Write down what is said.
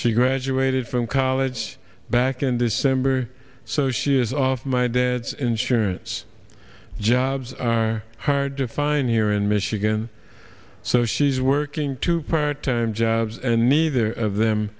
she graduated from college back in december so she is off my dad's insurance jobs are hard to find here in michigan so she's working two part time jobs and neither of them